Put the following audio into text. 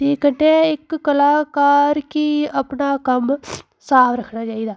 ते कन्नै इक कलाकार गी अपना कम्म साफ रक्खना चाहिदा